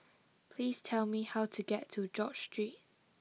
please tell me how to get to George Street